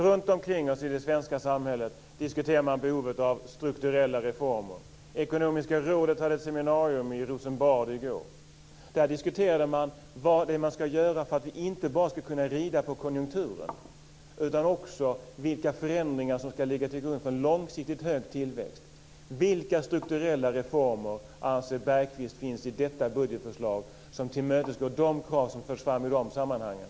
Runtomkring oss i det svenska samhället diskuterar man behovet av strukturella reformer. Ekonomiska rådet hade ett seminarium i Rosenbad i går. Där diskuterade man inte bara vad det är som ska göras för att vi ska kunna rida på konjunkturen utan också vilka förändringar som ska ligga till grund för en långsiktigt hög tillväxt. Vilka strukturella reformer anser Bergqvist finns i detta budgetförslag, som tillmötesgår de krav som förts fram i de sammanhangen?